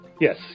Yes